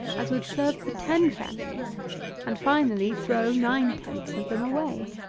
as would serve for ten families and finally throw nine-tenths of them away.